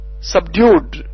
subdued